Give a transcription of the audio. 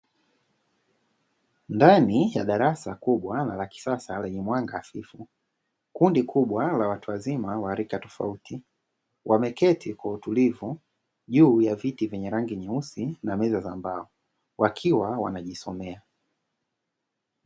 Ndani ya darasa kubwa sana la kisasa lenye mwanga hafifu kundi kubwa la watu wazima wa rika tofauti wameketi kwa utulivu juu ya viti vyenye rangi nyeusi na meza za mbao wakiwa wanajisomea.